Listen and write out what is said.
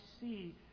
see